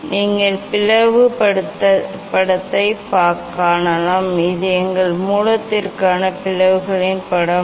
மாணவர் நீங்கள் பிளவு படத்தைக் காணலாம் இது எங்கள் மூலத்திற்கான பிளவுகளின் படம்